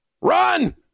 run